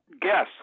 guess